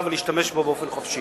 שאתה רוצה ולהשתמש בו באופן חופשי.